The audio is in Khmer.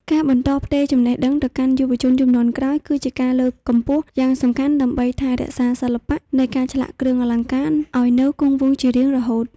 ការបន្តផ្ទេរចំណេះដឹងទៅកាន់យុវជនជំនាន់ក្រោយគឺជាការលើកកម្ពស់យ៉ាងសំខាន់ដើម្បីថែរក្សាសិល្បៈនៃការឆ្លាក់គ្រឿងអលង្ការឲ្យនៅគង់វង្សជារៀងរហូត។